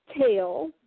tail